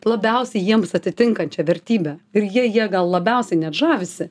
labiausiai jiems atitinkančią vertybę ir jie ja gal labiausiai net žavisi